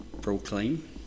proclaim